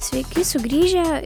sveiki sugrįžę